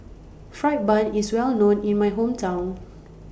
Fried Bun IS Well known in My Hometown